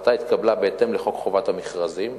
ההחלטה התקבלה בהתאם לחוק חובת המכרזים.